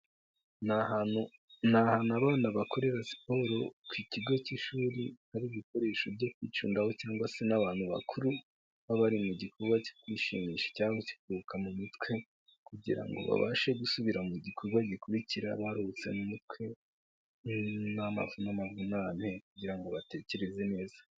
Ni ahantu abana bakorera siporo ku kigo cy'ishuri ari ibikoresho byo kwicundaho cyangwa se n'abantu bakuru baba bari mu gikorwa cyo kwishimisha cyangwa kuruhuka mu mitwe kugira ngo babashe gusubira mu gikorwa gikurikira baruhutse mu mutwe n'amaso n'amavunane kugira ngo batekereze neza.